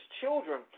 children